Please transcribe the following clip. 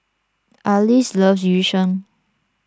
Arlis loves Yu Sheng